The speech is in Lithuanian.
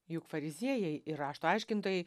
juk fariziejai ir rašto aiškintojai